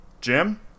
Jim